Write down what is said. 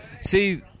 see